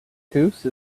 goose